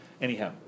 anyhow